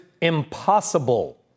impossible